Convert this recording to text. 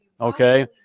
Okay